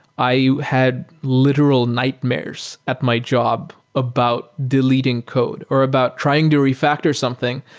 i had literal nightmares at my job about deleting code or about trying to re-factor something,